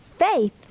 faith